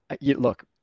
Look